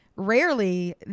rarely